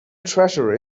treasure